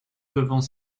devant